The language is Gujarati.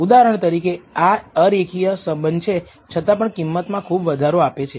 ઉદાહરણ તરીકે આ અરેખીય સંબંધ છે છતાં પણ કિંમતમાં ખુબ વધારો આપે છે